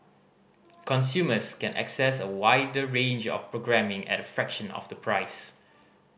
consumers can access a wider range of programming at a fraction of the price